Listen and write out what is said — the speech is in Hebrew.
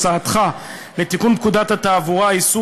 הצעתך לתיקון פקודת התעבורה (איסור